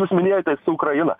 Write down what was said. jūs minėjote su ukraina